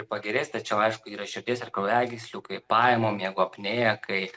pagerės tačiau aišku yra širdies ir kraujagyslių kvėpavimo miego apnėja kai